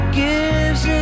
gives